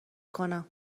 کنم